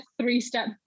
three-step